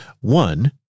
One